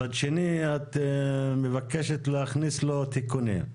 מצד שני, את מבקשת להכניס לו תיקונים.